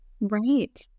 right